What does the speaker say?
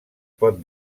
pot